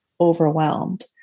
overwhelmed